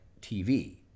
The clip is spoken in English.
TV